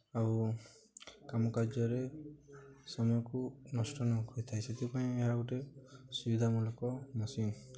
ଆଉ କାମ କାର୍ଯ୍ୟରେ ସମୟକୁ ନଷ୍ଟ ନ କରିଥାଏ ସେଥିପାଇଁ ଏହା ଗୋଟେ ସୁବିଧାମୂଳକ ମସିନ୍